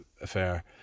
affair